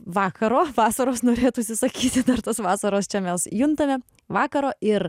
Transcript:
vakaro vasaros norėtųsi sakyti dar tos vasaros čia mes juntame vakaro ir